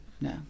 No